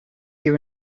you